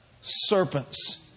serpents